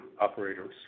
operators